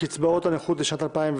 קצבאות הנכות לשנת 2020),